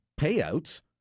payouts